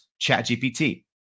ChatGPT